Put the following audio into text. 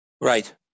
Right